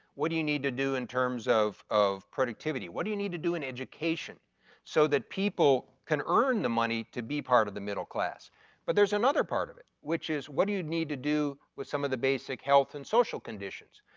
what do you need to do in terms of of productivity? what do you need to do in education so that people can earn the money to be part of the middle class but there's another part of it, which is what do you need to do with some of the basic health and social conditions.